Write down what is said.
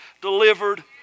delivered